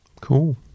cool